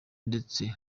ndetse